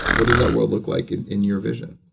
what does that world look like in your vision?